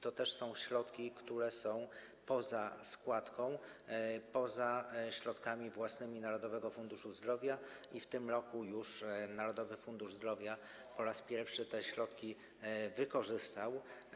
To też są środki, które są poza składką, poza środkami własnymi Narodowego Funduszu Zdrowia i w tym roku już Narodowy Fundusz Zdrowia po raz pierwszy te środki wykorzystał.